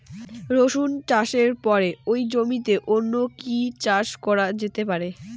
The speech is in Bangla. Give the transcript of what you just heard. রসুন চাষের পরে ওই জমিতে অন্য কি চাষ করা যেতে পারে?